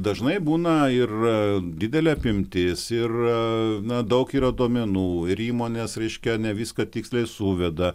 dažnai būna ir didelė apimtis ir na daug yra duomenų ir įmonės raiškia ne viską tiksliai suveda